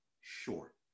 short